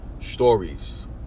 stories